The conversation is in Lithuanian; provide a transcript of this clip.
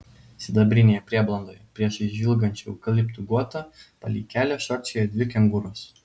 sidabrinėje prieblandoje priešais žvilgančių eukaliptų guotą palei kelią šokčiojo dvi kengūros